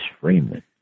Freeman